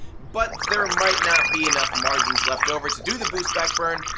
but there might not be enough margins left over to do the boost back burn.